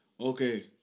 Okay